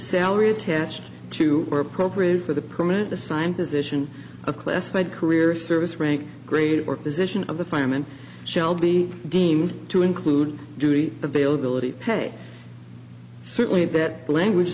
salary attached to or appropriate for the permit the sign position of classified career service rank grade or position of the fireman shall be deemed to include duty availability pay certainly that language